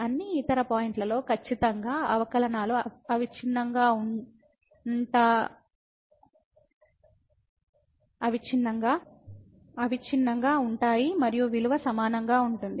అన్ని ఇతర పాయింట్లలో ఖచ్చితంగా అవకలనాలు అవిచ్ఛిన్నంగా ఉంటాయి మరియు విలువ సమానంగా ఉంటుంది